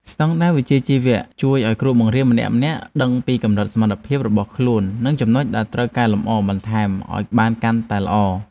ស្តង់ដារវិជ្ជាជីវៈជួយឱ្យគ្រូបង្រៀនម្នាក់ៗដឹងពីកម្រិតសមត្ថភាពរបស់ខ្លួននិងចំណុចដែលត្រូវកែលម្អបន្ថែមឱ្យបានកាន់តែល្អ។